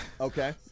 Okay